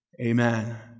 Amen